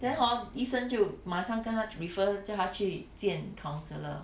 then hor 医生就马上跟她 refer 她去见 counsellor